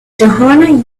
johanna